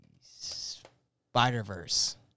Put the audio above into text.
Spider-Verse